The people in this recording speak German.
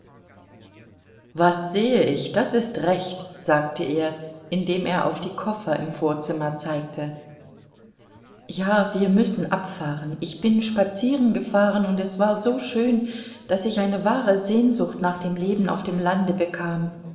was sehe ich das ist recht sagte er indem er auf die koffer im vorzimmer zeigte ja wir müssen abfahren ich bin spazierengefahren und es war so schön daß ich eine wahre sehnsucht nach dem leben auf dem lande bekam